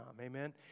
Amen